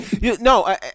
No